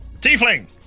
Tiefling